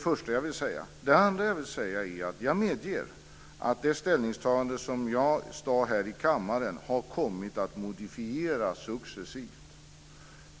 För det andra medger jag att det ställningstagande som jag uttalade här i kammaren har kommit att modifieras successivt.